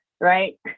right